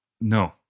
No